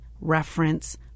reference